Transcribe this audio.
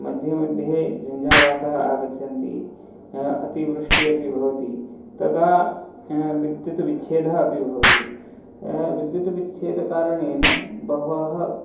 मध्ये मध्ये झञ्जावाताः आगच्छन्ति अतिवृष्टिः अपि भवति तदा विद्युत् विच्छेदः अपि भवति विद्युत् विच्छेद कारणेन बहवः